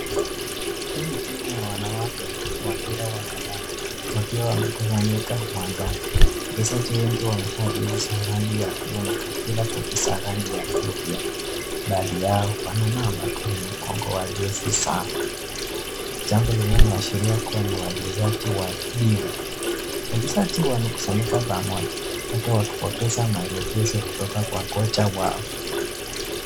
Hii ni timu ya wanawake wa mpira wa kandanda wakiwa wamekusanyika uwanjani, wachezaji wengi wamevaa jezi za rangi ya buluu na kaptura fupi za rangi ya buluu pia. Baadhi yao wana namba kwenye mgongo wa jezi zao, jambo linalo ashiria ni wachezaji wa timu. Wachezaji wamekusanyika pamoja labda wakipokeza maelekezo kutoka kwa kocha wao.